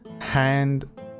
hand